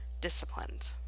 disciplined